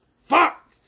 Fuck